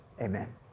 Amen